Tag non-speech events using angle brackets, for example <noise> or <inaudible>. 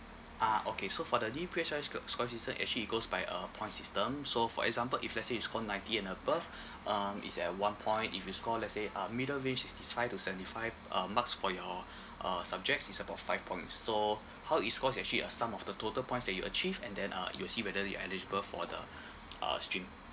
ah okay so for the new P_S_L_E sc~ score system actually it goes by a point system so for example if let's say you score ninety and above <breath> um it's at a one point if you score let's say ah middle range is sixty five to seventy five uh marks for your <breath> uh subjects is about five points so how it score is actually a sum of the total points that you achieve and then uh it'll see whether you're eligible for the <breath> uh stream